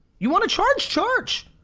you wanna charge? charge!